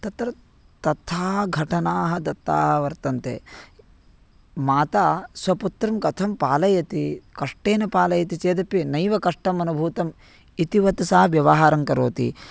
तत्र तथा घटनाः दत्ताः वर्तन्ते माता स्वपुत्रं कथं पालयति कष्टेन पालयति चेदपि नैव कष्टम् अनुभूतम् इतिवत् सा व्यवहारं करोति